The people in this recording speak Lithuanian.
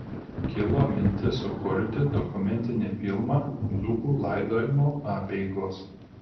kilo mintis sukurti dokumentinį filmą dzūkų laidojimo apeigos